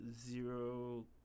zero